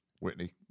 Whitney